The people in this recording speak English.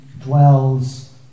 dwells